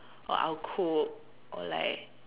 or I'' cook or like